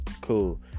cool